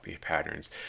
patterns